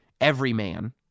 everyman